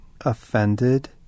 offended